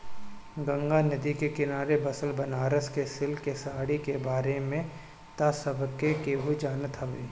गंगा नदी के किनारे बसल बनारस के सिल्क के साड़ी के बारे में त सभे केहू जानत होई